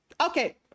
Okay